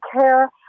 care